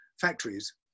factories